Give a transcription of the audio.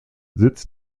sitz